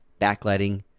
backlighting